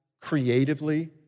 creatively